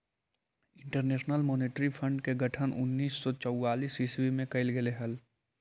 international monetary fund के गठन उन्नीस सौ चौवालीस ईस्वी में कैल गेले हलइ